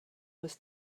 was